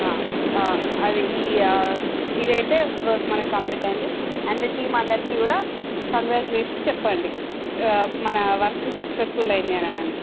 అది ఈ ఇదైతే వర్క్ మనకి కంప్లీట్ అయింది అందరు టీమ్ అందరికీ కూడా కంగ్రాట్యులేషన్స్ చెప్పండి మన వర్క్ సక్సెస్ఫుల్ అయింది అనడానికి